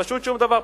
פשוט שום דבר.